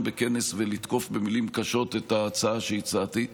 בכנס ולתקוף במילים קשות את ההצעה שהצעתי.